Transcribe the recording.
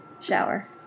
Shower